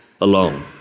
alone